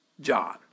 John